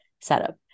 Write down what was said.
setup